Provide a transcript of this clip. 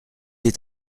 est